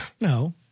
No